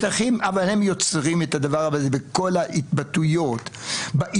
אחים אבל הם יוצרים את הדבר הזה וזה בכל ההתבטאויות ובאיומים.